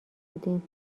بودیم